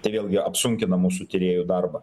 tai vėlgi apsunkina mūsų tyrėjų darbą